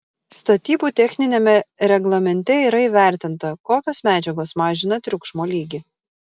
statybų techniniame reglamente yra įvertinta kokios medžiagos mažina triukšmo lygį